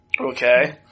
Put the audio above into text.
Okay